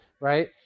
Right